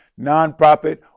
nonprofit